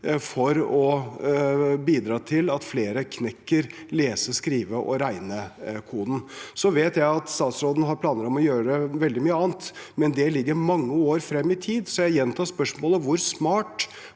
for å bidra til at flere knekker lese-, skriveog regnekoden. Jeg vet at statsråden har planer om å gjøre veldig mye annet, men det ligger mange år frem i tid, så jeg gjentar spørsmålet: Hvor smart